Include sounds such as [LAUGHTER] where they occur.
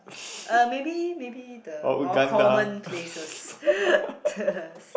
uh maybe maybe the more common places [LAUGHS]